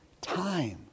time